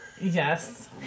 Yes